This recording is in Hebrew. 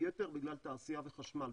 היתר בגלל תעשייה וחשמל,